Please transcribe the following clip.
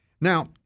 Now